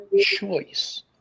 choice